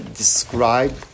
describe